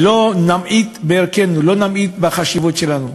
לא נמעיט בערכנו, לא נמעיט בחשיבות שלנו.